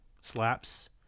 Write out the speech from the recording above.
Slaps